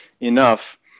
enough